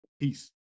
Peace